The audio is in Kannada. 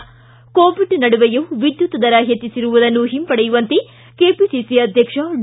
ಿ ಕೋವಿಡ್ ನಡುವೆಯೂ ವಿದ್ಯುತ್ ದರ ಹೆಚ್ಚಿಸಿರುವುದನ್ನು ಹಿಂಪಡೆಯುವಂತೆ ಕೆಪಿಸಿಸಿ ಅಧ್ಯಕ್ಷ ಡಿ